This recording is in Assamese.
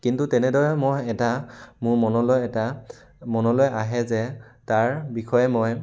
কিন্তু তেনেদৰে মই এটা মোৰ মনলৈ এটা মনলৈ আহে যে তাৰ বিষয়ে মই